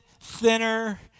thinner